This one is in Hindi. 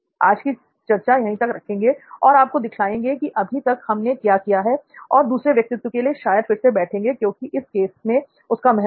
आज की चर्चा यही तक रखेंगे और आपको दिखाएंगे कि अभी तक हमने क्या किया है और दूसरे व्यक्तित्व के लिए शायद फिर से बैठेंगे क्योंकि इस केस में उसका महत्व है